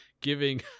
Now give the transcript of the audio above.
giving